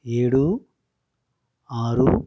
ఏడు ఆరు